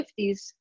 50s